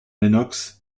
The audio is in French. lennox